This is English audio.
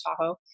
Tahoe